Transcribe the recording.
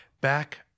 back